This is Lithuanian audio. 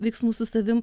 veiksmus su savim